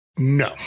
No